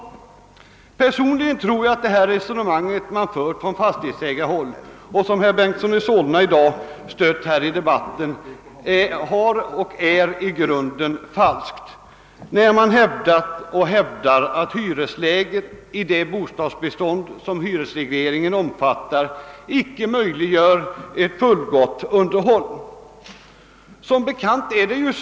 Personligen tror jag att det resonemang som förts från fastighetsägarhåll och som herr Bengtson i Solna i dag stött — det går som sagt ut på att hyresläget i det bostadsbestånd som hyresregleringen omfattar icke möjliggör ett fullgott underhåll — har varit och är i grunden falskt.